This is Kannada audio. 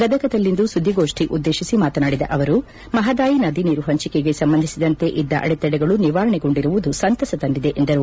ಗದಗದಲ್ಲಿಂದು ಸುದ್ದಿಗೋಷ್ಠಿ ಉದ್ದೇತಿಸಿ ಮಾತನಾಡಿದ ಅವರು ಮಹಾದಾಯಿ ನದಿ ನೀರು ಪಂಚಿಕೆಗೆ ಸಂಬಂಧಿಸಿದಂತೆ ಇದ್ದ ಅಡೆತಡೆಗಳು ನಿವಾರಣೆಗೊಂಡಿರುವುದು ಸಂತಸ ತಂದಿದೆ ಎಂದರು